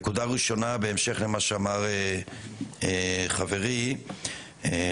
נקודה ראשונה, בהמשך למה שאמר חברי ואליד